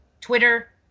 twitter